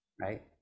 right